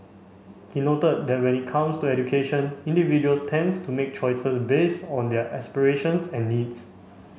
he noted that when it comes to education individuals tends to make choices based on their aspirations and needs